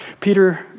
Peter